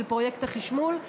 של פרויקט החשמול,